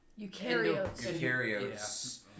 Eukaryotes